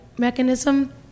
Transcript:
Mechanism